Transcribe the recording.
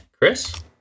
Chris